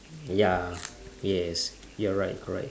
ya yes you're right correct